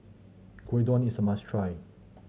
Gyudon is a must try